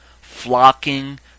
flocking